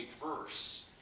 verse